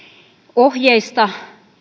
ohjeista